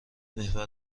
محور